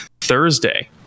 Thursday